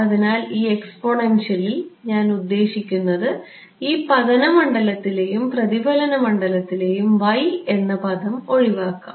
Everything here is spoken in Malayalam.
അതിനാൽ ഈ എക്സ്പോണൻഷ്യലിൽ ഞാൻ ഉദ്ദേശിക്കുന്നത് ഈ പതന മണ്ഡലത്തിലെയും പ്രതിഫലന മണ്ഡലത്തിലെയും y എന്ന പദം ഒഴിവാക്കാം